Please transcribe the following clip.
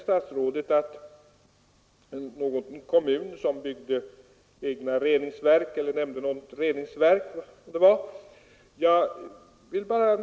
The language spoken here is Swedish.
Statsrådet nämnde någon kommun som byggde ett reningsverk eller vad det var.